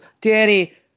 Danny